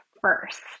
first